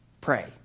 Pray